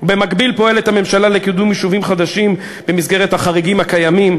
במקביל פועלת הממשלה לקידום יישובים חדשים במסגרת החריגים הקיימים,